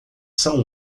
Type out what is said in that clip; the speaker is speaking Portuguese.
são